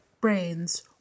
brains